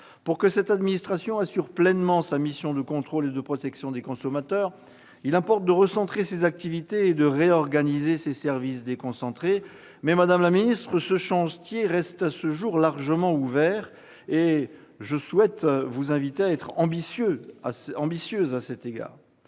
Pour que cette administration assure pleinement sa mission de contrôle et de protection des consommateurs, il importe de recentrer ses activités et de réorganiser ses services déconcentrés. Madame la secrétaire d'État, ce chantier reste, à ce jour, largement ouvert. Je vous invite à être ambitieuse en la